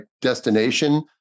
destination